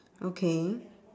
okay